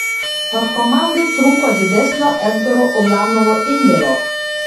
ar komandai trūko didesnio edgaro ulanovo indėlio